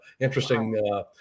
interesting